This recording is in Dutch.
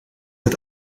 het